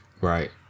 Right